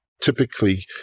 typically